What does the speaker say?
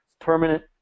permanent